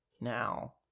now